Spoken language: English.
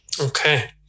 Okay